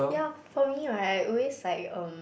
yea for me right I always like um